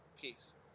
peace